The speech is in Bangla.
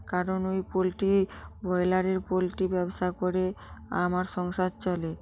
কারণ ওই পোলট্রি ব্রয়লারের পোলট্রি ব্যবসা করে আমার সংসার চলে